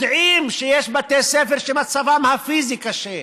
יודעים שיש בתי ספר שמצבם הפיזי קשה,